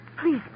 please